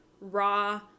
raw